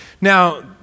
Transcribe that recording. Now